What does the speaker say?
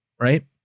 right